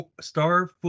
star